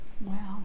Wow